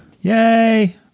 Yay